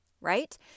right